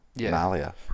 Malia